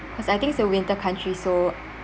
because I think it's a winter country so